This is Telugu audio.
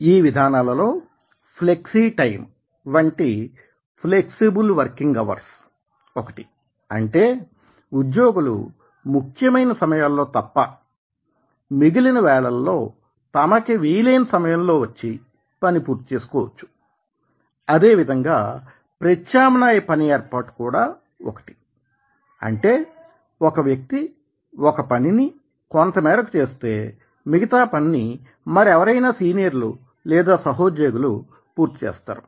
ఈ విధానాలలో ఫ్లెక్సీ టైం వంటి ఫ్లెక్సిబుల్ వర్కింగ్ అవర్స్ ఒకటి అంటే ఉద్యోగులు ముఖ్యమైన సమయాలలో తప్ప మిగిలిన వేళలలో తమకి వీలైన సమయంలో వచ్చి పని పూర్తి చేసుకోవచ్చు అదేవిధంగా ప్రత్యామ్నాయ పని ఏర్పాటు కూడా అంటే ఒక వ్యక్తి ఒక పనిని కొంతమేరకు చేస్తే మిగతా పనిని మరెవరయినా సీనియర్లు లేదా సహోద్యోగులు పూర్తి చేస్తారు